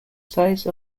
size